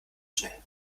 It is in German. schnell